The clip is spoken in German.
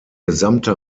gesamte